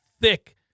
thick